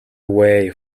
away